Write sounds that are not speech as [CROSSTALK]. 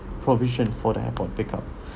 provision for the airport pick up [BREATH]